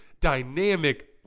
dynamic